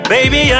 Baby